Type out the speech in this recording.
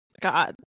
god